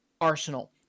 Arsenal